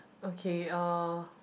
okay uh